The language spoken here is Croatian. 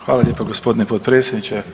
Hvala lijepo gospodine potpredsjedniče.